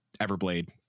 everblade